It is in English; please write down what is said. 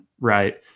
right